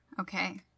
Okay